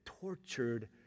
tortured